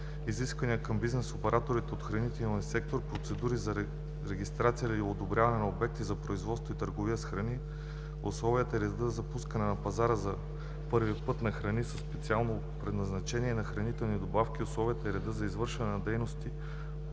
изискванията към бизнес операторите от хранителния сектор; процедурите за регистрация или одобрение на обекти за производство и търговия с храни; условията и редът за пускане на пазара за първи път на храни със специално предназначение и на хранителни добавки; условията и редът за извършване на дейности